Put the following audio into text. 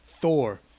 Thor